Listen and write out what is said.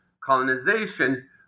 colonization